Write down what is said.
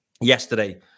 yesterday